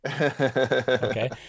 okay